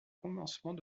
commencement